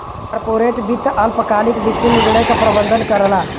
corporate वित्त अल्पकालिक वित्तीय निर्णय क प्रबंधन करला